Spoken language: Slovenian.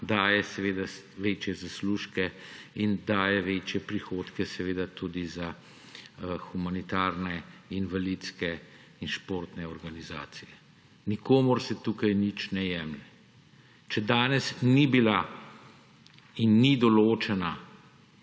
daje večje zaslužke in daje večje prihodke tudi za humanitarne, invalidske in športne organizacije. Nikomur se tukaj nič ne jemlje. Če danes ni bila in ni določena